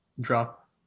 drop